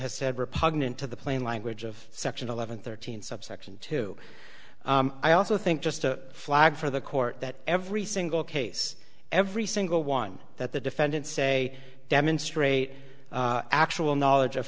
has said repugnant to the plain language of section eleven thirteen subsection two i also think just to flag for the court that every single case every single one that the defendant say demonstrate actual knowledge of